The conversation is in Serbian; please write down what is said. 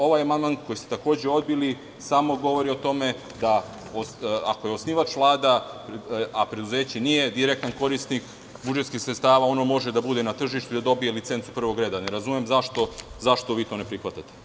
Ovaj amandman koji ste takođe odbili, samo govori o tome ako je osnivač Vlada, a preduzeće nije direktan korisnik budžetskih sredstava, ono može da bude na tržištu i da dobije licencu prvog reda, ne razumem zašto vi to ne prihvatate?